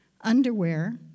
underwear